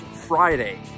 Friday